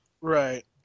Right